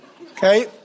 Okay